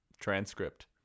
transcript